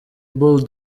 bull